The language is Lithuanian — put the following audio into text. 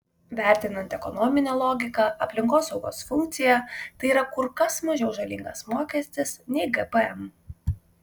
vertinant ekonominę logiką aplinkosaugos funkciją tai yra kur kas mažiau žalingas mokestis nei gpm